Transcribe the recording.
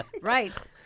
Right